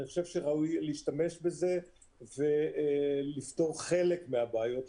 אני חושב שראוי להשתמש בזה ולפתור חלק מהבעיות.